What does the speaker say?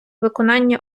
виконання